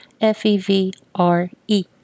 F-E-V-R-E